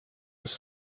was